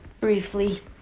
Briefly